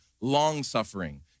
long-suffering